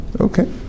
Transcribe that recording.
Okay